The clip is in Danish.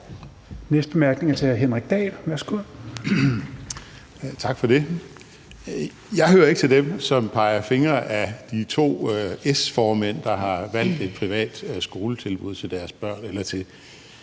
Dahl. Værsgo. Kl. 15:52 Henrik Dahl (LA): Tak for det. Jeg hører ikke til dem, som peger fingre ad de to S-formænd, der har valgt et privat skoletilbud til deres børn, eller